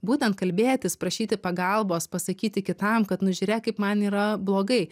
būtent kalbėtis prašyti pagalbos pasakyti kitam kad nu žiūrėk kaip man yra blogai